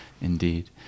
indeed